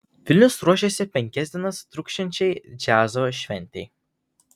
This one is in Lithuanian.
vilnius ruošiasi penkias dienas truksiančiai džiazo šventei